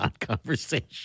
conversation